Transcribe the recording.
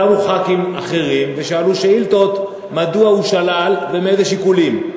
קמו חברי כנסת אחרים ושאלו שאילתות מדוע הוא שלל ומאיזה שיקולים.